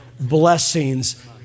blessings